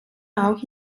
auch